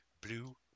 blue